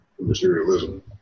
materialism